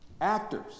actors